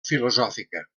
filosòfica